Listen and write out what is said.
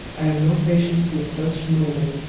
i have no patience with such meddling!